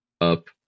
up